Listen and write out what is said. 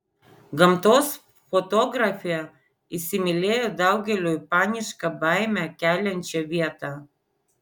gamtos fotografė įsimylėjo daugeliui panišką baimę keliančią vietą